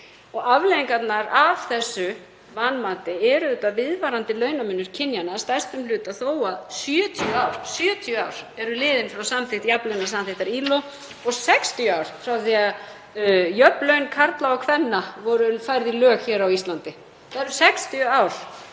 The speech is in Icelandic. Afleiðingarnar af þessu vanmati eru viðvarandi launamunur kynjanna að stærstum hluta þó að 70 ár séu liðin frá samþykkt jafnlaunasamþykktar ILO og 60 ár frá því að jöfn laun karla og kvenna voru færð í lög hér á Íslandi. Það eru 60 ár.